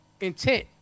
intent